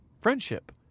friendship